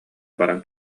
баран